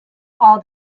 all